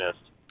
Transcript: missed